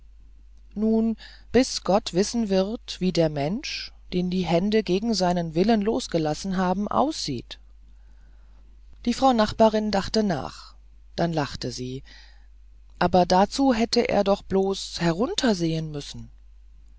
nun bis gott wissen wird wie der mensch den die hände gegen seinen willen losgelassen haben aussieht die frau nachbarin dachte nach dann lachte sie aber dazu hätte er doch bloß heruntersehen müssen